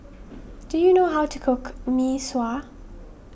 do you know how to cook Mee Sua